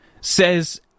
says